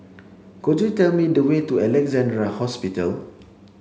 could you tell me the way to Alexandra Hospital